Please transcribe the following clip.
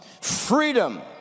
Freedom